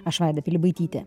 aš vaida pilibaitytė